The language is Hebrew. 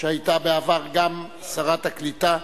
שהיתה בעבר גם שרת הקליטה,